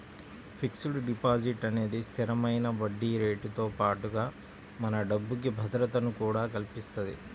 fixed deposit అనేది స్థిరమైన వడ్డీరేటుతో పాటుగా మన డబ్బుకి భద్రతను కూడా కల్పిత్తది